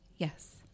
Yes